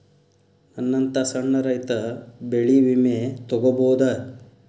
ನನ್ನಂತಾ ಸಣ್ಣ ರೈತ ಬೆಳಿ ವಿಮೆ ತೊಗೊಬೋದ?